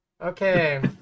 Okay